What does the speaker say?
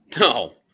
No